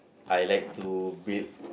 I like to build